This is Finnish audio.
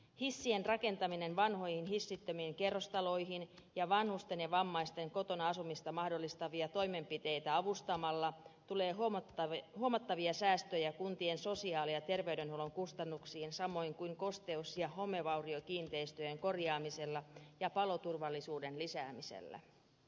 hissien rakentamista vanhoihin hissittömiin kerrostaloihin ja vanhusten ja vammaisten kotona asumista mahdollistavia toimenpiteitä avustamalla tulee huomattavia säästöjä kuntien sosiaali ja terveydenhuollon kustannuksiin samoin kuin kosteus ja homevauriokiinteistöjen korjaamisella ja paloturvallisuuden lisäämisellä